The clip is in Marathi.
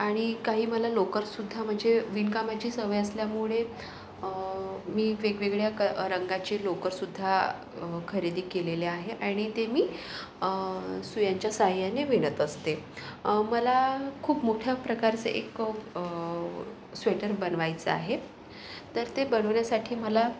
आणि काही मला लोकर सुद्धा म्हणजे विणकामाची सवय असल्यामुळे मी वेगवेगळ्या क रंगाचे लोकर सुद्धा खरेदी केलेली आहे आणि ते मी सुयांच्या साह्याने विणत असते मला खूप मोठ्या प्रकारचं एक स्वेटर बनवायचं आहे तर ते बनवण्यासाठी मला